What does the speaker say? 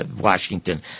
Washington